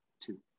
two